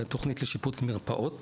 תוכנית לשיפוץ מרפאות